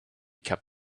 kept